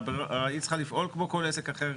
היא צריכה לפעול כמו כל עסק אחר.